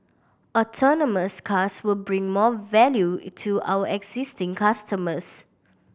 autonomous cars will bring more value to our existing customers